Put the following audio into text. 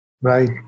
Right